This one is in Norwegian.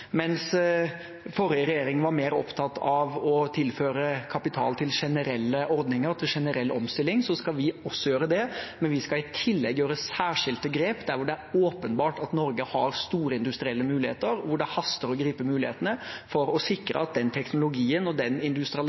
Mens forrige regjering var mer opptatt av å tilføre kapital til generelle ordninger og til generell omstilling, skal vi også gjøre det, men vi skal i tillegg gjøre særskilte grep der hvor det er åpenbart at Norge har store industrielle muligheter, og hvor det haster å gripe mulighetene, for å sikre at den teknologien, den industrialiseringen og den